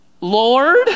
Lord